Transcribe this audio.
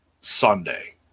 Sunday